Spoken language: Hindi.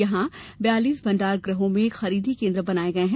यहां बयालीस भण्डारगृहों में खरीदी केन्द्र बनाये गये हैं